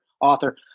author